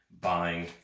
buying